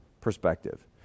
perspective